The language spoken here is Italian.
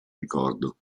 ricordo